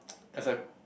as I